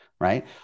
right